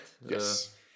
Yes